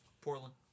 Portland